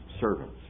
servants